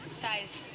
size